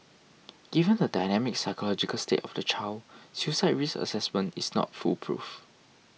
given the dynamic psychological state of the child suicide risk assessment is not foolproof